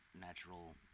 natural